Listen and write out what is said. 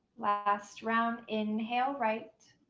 last round. inhale right.